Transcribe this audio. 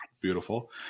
beautiful